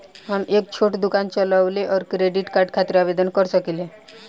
हम एक छोटा दुकान चलवइले और क्रेडिट कार्ड खातिर आवेदन कर सकिले?